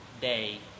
day